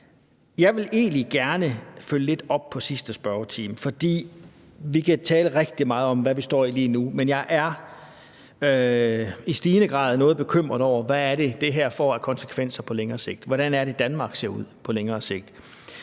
Jeg vil egentlig gerne følge lidt op på sidste spørgetime. Vi kan tale rigtig meget om, hvad vi står i lige nu, men jeg er i stigende grad noget bekymret over, hvad det her får af konsekvenser på længere sigt, hvordan Danmark ser ud på længere sigt.